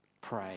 pray